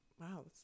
Wow